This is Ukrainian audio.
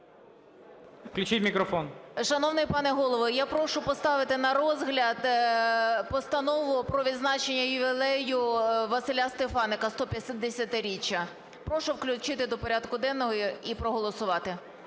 КОНСТАНКЕВИЧ І.М. Шановний пане Голово, я прошу поставити на розгляд Постанову про відзначення ювілею Василя Стефаника, 150-річчя. Прошу включити до порядку денного і проголосувати.